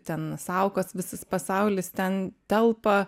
ten saukos visas pasaulis ten telpa